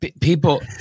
People